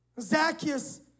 Zacchaeus